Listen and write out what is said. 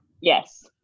yes